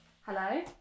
Hello